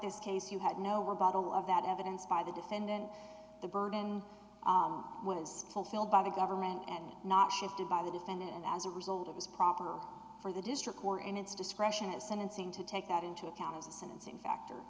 this case you had no were bottle of that evidence by the defendant the burden was fulfilled by the government and not shifted by the defendant and as a result it was proper for the district or in its discretion is sentencing to take that into account as a sentencing factor